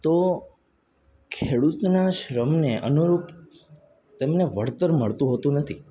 તો ખેડૂતના શ્રમને અનુરૂપ તેમને વળતર મળતું હોતું નથી